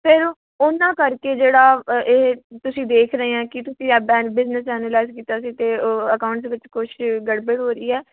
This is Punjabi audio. ਸਰ ਉਹਨਾਂ ਕਰਕੇ ਜਿਹੜਾ ਇਹ ਤੁਸੀਂ ਦੇਖ ਰਹੇ ਹਾਂ ਕਿ ਤੁਸੀਂ ਆਪਣਾ ਬਿਜਨਸ ਐਨਾਲਾਈਜ ਕੀਤਾ ਸੀ ਅਤੇ ਉਹ ਅਕਾਊਂਟਸ ਵਿੱਚ ਕੁਛ ਗੜਬੜ ਹੋ ਰਹੀ ਹੈ